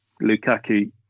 Lukaku